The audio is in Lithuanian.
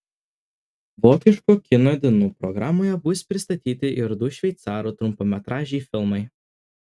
vokiško kino dienų programoje bus pristatyti ir du šveicarų trumpametražiai filmai